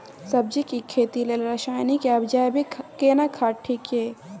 सब्जी के खेती लेल रसायनिक या जैविक केना खाद ठीक ये?